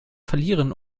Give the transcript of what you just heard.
verlieren